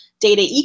data